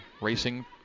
Racing